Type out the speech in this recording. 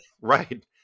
Right